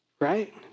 right